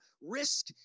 risk